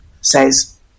says